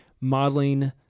modeling